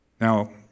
Now